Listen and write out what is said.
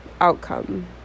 outcome